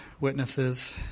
witnesses